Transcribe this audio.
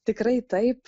tikrai taip